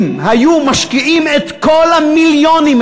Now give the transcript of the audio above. אם היו משקיעים את כל המיליונים,